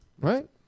Right